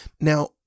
Now